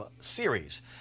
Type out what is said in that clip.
series